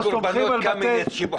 או קורבנות קמיניץ.